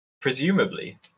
presumably